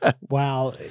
Wow